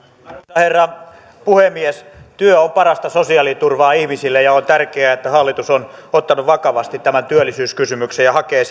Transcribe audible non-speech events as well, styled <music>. herra puhemies työ on parasta sosiaaliturvaa ihmisille ja on tärkeää että hallitus on ottanut vakavasti tämän työllisyyskysymyksen ja hakee <unintelligible>